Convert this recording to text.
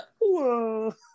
whoa